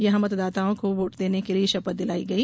यहां मतदाताओं को वोट देने के लिये शपथ दिलाई गई